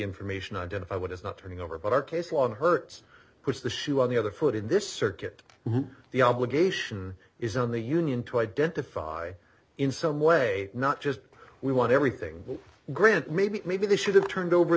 information identify what is not turning over but our case law hurts because the shoe on the other foot in this circuit the obligation is on the union to identify in some way not just we want everything we grant maybe maybe they should have turned over